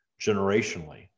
generationally